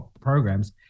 programs